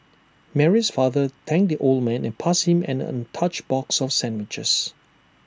Mary's father thanked the old man and passed him an untouched box of sandwiches